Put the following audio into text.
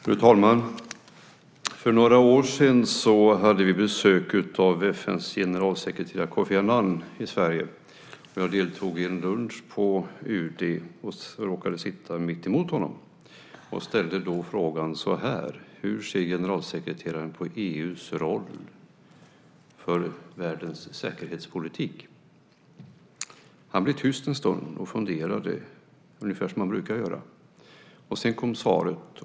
Fru talman! För några år sedan hade vi besök av FN:s generalsekreterare Kofi Annan i Sverige. Jag deltog i en lunch på UD och råkade sitta mitt emot honom. Jag ställde frågan: Hur ser generalsekreteraren på EU:s roll för världens säkerhetspolitik? Han blev tyst en stund och funderade, ungefär som han brukar göra. Sedan kom svaret.